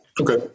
Okay